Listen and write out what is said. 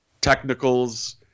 technicals